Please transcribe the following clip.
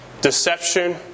deception